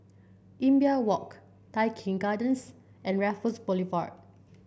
Imbiah Walk Tai Keng Gardens and Raffles Boulevard